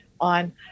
on